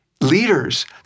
leaders